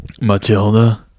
Matilda